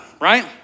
right